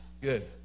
Good